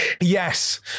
Yes